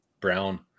brown